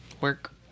Work